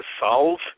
solve